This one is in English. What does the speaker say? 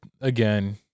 again